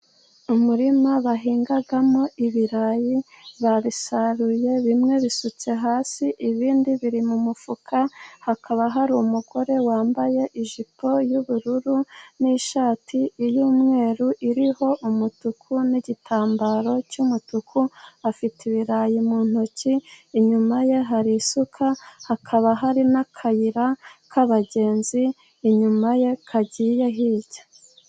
Umurima bahingagamo ibirayi babisaruye, bimwe bisutse hasi ibindi biri mu mufuka, hakaba hari umugore wambaye ijipo y'ubururu, n'ishati y'umweru iriho umutuku, n'igitambaro cy'umutuku, afite ibirayi mu ntoki, inyuma ye hari isuka hakaba hari n'akayira k'abagenzi inyuma ye kagiye hirya.